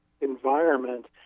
environment